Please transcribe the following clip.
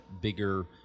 bigger